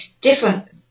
different